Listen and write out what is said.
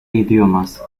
idiomas